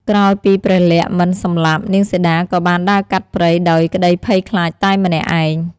ក្រោយពីព្រះលក្សណ៍មិនសម្លាប់ នាងសីតាក៏បានដើរកាត់ព្រៃដោយក្តីភ័យខ្លាចតែម្នាក់ឯង។